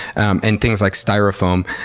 um and things like styrofoam,